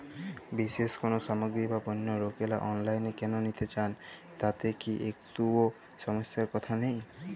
বিশেষ কোনো সামগ্রী বা পণ্য লোকেরা অনলাইনে কেন নিতে চান তাতে কি একটুও সমস্যার কথা নেই?